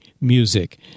Music